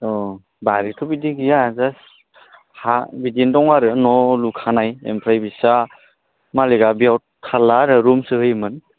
अ बारिथ' बिदि गैया जास्ट हा बिदिनो दं आरो न' लुखानाय ओमफ्राय बेसोरहा मालिकआ बेयाव थाला आरो रुमसो होयोमोन